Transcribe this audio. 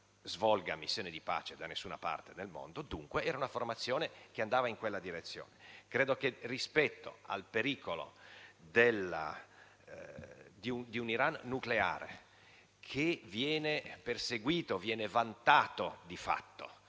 svolga missioni di pace in parti del mondo e, dunque, era una formazione che andava in quella direzione. Rispetto al pericolo di un Iran nucleare, che viene perseguito, vantato e condotto